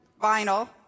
vinyl